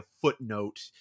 footnote